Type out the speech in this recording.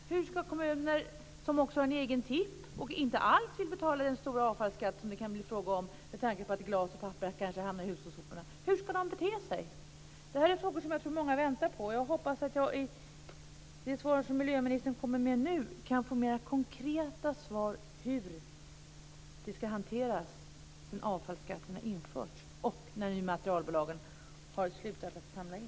Hur skall kommuner bete sig som har en egen tipp och inte alls vill betala den stora avfallsskatt som det kan bli fråga om, med tanke på att glas och papper kanske hamnar i hushållssoporna? Det här är frågor som många väntar på att få svar på. Jag hoppas att jag i det svar som miljöministern nu kommer med kan få mera konkreta besked om hur det här skall hanteras när avfallsskatterna införs och när materialbolagen har slutat att samla in.